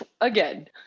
again